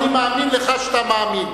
אני מאמין לך שאתה מאמין,